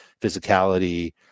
physicality